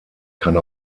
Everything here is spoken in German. kann